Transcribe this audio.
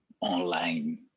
online